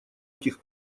этих